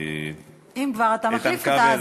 אם כבר אתה מחליף אותה,